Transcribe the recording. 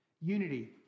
Unity